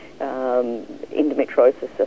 endometriosis